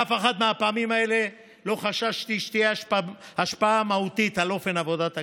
באף אחת מהפעמים האלה לא חששתי שתהיה השפעה מהותית על אופן עבודת הכנסת.